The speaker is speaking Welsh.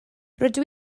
rydw